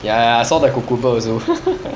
ya I saw the kuku bird also